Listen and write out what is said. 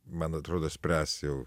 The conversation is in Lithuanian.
man atrodo spręs jau